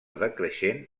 decreixent